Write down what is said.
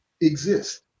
exist